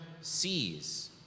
sees